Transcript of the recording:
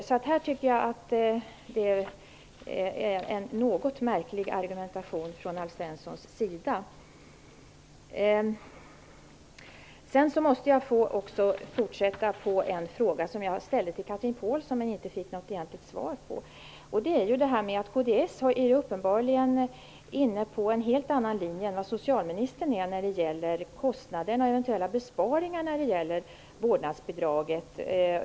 Jag tycker därför att Alf Svenssons argumentation på den här punkten är något märklig. Jag måste också få upprepa en fråga som jag tidigare ställde till Chatrine Pålsson men inte fick något egentligt svar på. Kds är uppenbarligen inne på en helt annan linje än socialministern när det gäller kostnader och eventuella besparingar i samband med vårdnadsbidraget.